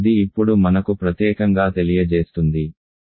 ఇది ఇప్పుడు మనకు ప్రత్యేకంగా తెలియజేస్తుంది మనం ZX 1